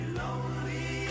lonely